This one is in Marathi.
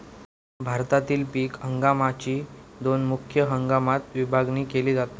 भारतातील पीक हंगामाकची दोन मुख्य हंगामात विभागणी केली जाता